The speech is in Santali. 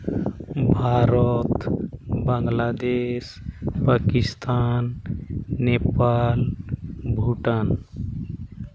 ᱵᱷᱟᱨᱚᱛ ᱵᱟᱝᱞᱟᱫᱮᱥ ᱯᱟᱠᱤᱥᱛᱟᱱ ᱱᱮᱯᱟᱞ ᱵᱷᱩᱴᱟᱱ